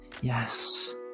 Yes